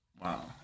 Wow